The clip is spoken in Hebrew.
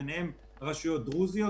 ביניהן רשויות דרוזיות,